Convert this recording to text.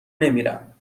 نمیرم